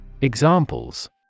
Examples